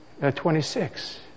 26